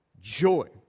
joy